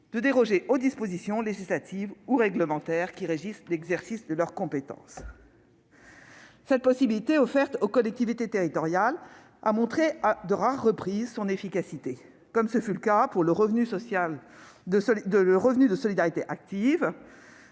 limités, aux dispositions législatives ou réglementaires qui régissent l'exercice de leurs compétences ». Cette possibilité offerte aux collectivités territoriales a montré à de rares reprises son efficacité, comme ce fut le cas pour le revenu de solidarité active,